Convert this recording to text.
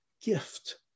gift